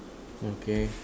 okay